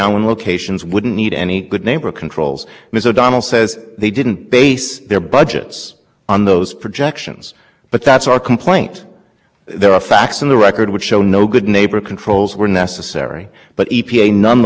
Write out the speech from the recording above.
your point about the tension in the opinion because i do think the opinion is in internally consistent in following sense if you look at section two be where the supreme court addressed proportionality what it was saying is that uniform cost thresholds can be